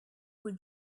would